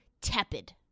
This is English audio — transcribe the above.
tepid